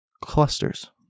Clusters